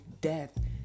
death